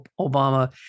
Obama